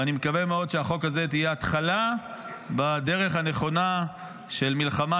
ואני מקווה מאוד שהחוק הזה יהיה התחלה בדרך הנכונה של מלחמה